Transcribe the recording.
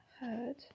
heard